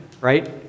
right